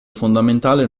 fondamentale